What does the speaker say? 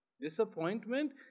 Disappointment